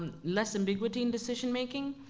less ambiguity in decision making.